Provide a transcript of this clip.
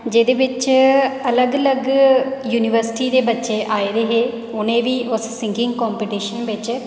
जेह्दे बिच अलग अलग युनिवर्सिटी दे बच्चे आए दे हे उ'नें बी उस सिंगिंग कंपीटिशन बिच